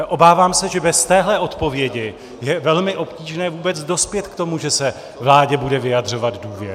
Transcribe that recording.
Obávám se, že bez téhle odpovědi je velmi obtížné vůbec dospět k tomu, že se vládě bude vyjadřovat důvěra.